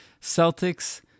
Celtics